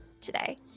today